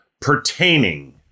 pertaining